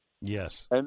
Yes